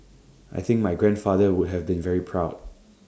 I think my grandfather would have been very proud